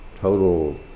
total